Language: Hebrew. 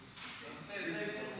ההצעה להעביר את הנושא